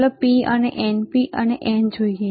ચાલો P અને NP અને N જોઈએ